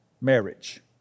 marriage